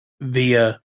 via